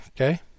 Okay